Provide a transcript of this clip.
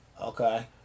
Okay